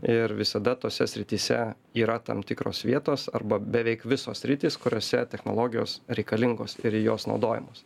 ir visada tose srityse yra tam tikros vietos arba beveik visos sritys kuriose technologijos reikalingos ir jos naudojamos